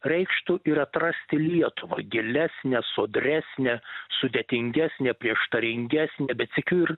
reikštų ir atrasti lietuvą gilesnę sodresnę sudėtingesnę prieštaringesnę bet sykiu ir